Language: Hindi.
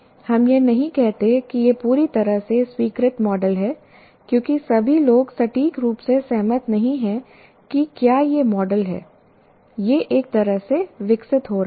हम यह नहीं कहते कि यह पूरी तरह से स्वीकृत मॉडल है क्योंकि सभी लोग सटीक रूप से सहमत नहीं हैं कि क्या यह मॉडल है यह एक तरह से विकसित हो रहा है